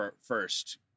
first